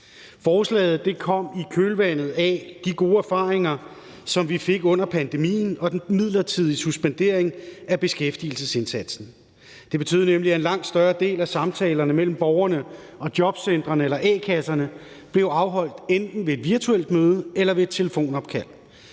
Forslaget kom i kølvandet af de gode erfaringer, som vi fik under pandemien og den midlertidige suspendering af beskæftigelsesindsatsen. Det betød nemlig, at en langt større del af samtalerne mellem borgerne og jobcentrene eller a-kasserne enten blev afholdt ved et virtuelt møde eller ved et telefonopkald,